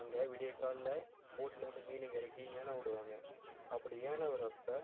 அங்கே விடியற்காலைல போட்டிலேருந்து மீனை இறக்கி ஏலம் விடுவாங்க அப்படி ஏலம் விட்றப்ப